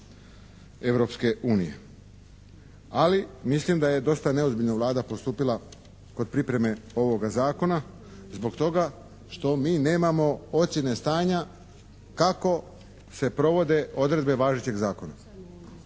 Europske unije. Ali, mislim da je dosta neozbiljno Vlada postupila kod pripreme ovoga zakona zbog toga što mi nemamo ocjene stanja kako se provode odredbe važećeg zakona.